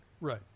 Right